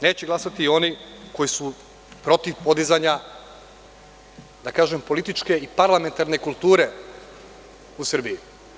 Neće glasati oni koji su protiv podizanja, da kažem, političke i parlamentarne kulture u Srbiji.